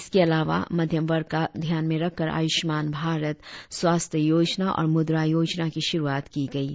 इसके अलावा मध्यम वर्ग को ध्यान में रखकर आयुषमान भारत स्वास्थ्य योजना और मुद्रा योजना की शुरुआत की गी है